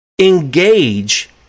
engage